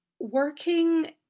working